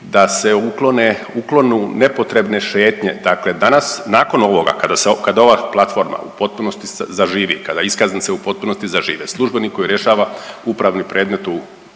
uklone, uklonu nepotrebne šetnje. Dakle, danas nakon ovoga kad ova platforma u potpunosti zaživi, kada iskaznice u potpunosti zažive, službenik koji rješava upravni predmet